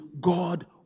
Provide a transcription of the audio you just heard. God